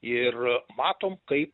ir matom kaip